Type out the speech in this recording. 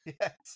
Yes